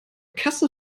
kasse